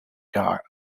gar